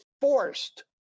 forced